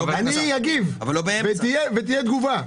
תהיה תגובה.